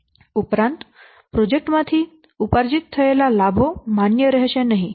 ઉપરાંત પ્રોજેક્ટ માંથી ઉપાર્જિત થયેલા લાભો માન્ય રહેશે નહીં